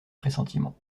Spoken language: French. pressentiment